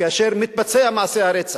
כאשר מתבצע מעשה רצח,